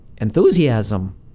enthusiasm